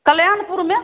कल्याणपुर में